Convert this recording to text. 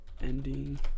ending